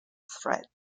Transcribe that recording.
thread